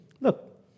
look